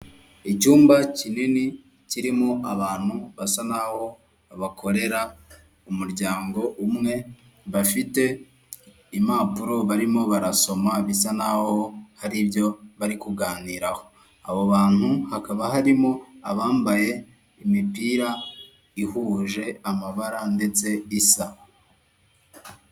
Icyumba kinini kirimo abantu basa naho bakorera umuryango umwe bafite impapuro barimo barasoma bisa naho hari ibyo bari kuganiraho. Abo bantu hakaba harimo abambaye imipira ihuje amabara ndetse isa.